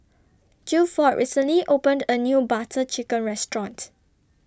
Gilford recently opened A New Butter Chicken Restaurant